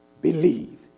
believe